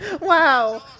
Wow